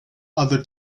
other